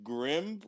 Grim